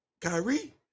Kyrie